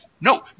no